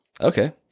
Okay